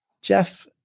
Jeff